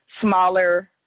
smaller